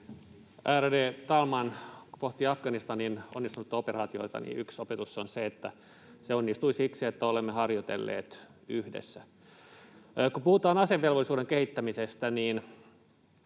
Ärade talman! Kun pohtii Afganistanin onnistunutta operaatiota, niin yksi opetus on se, että se onnistui siksi, että olemme harjoitelleet yhdessä. Kun puhutaan asevelvollisuuden kehittämisestä, niin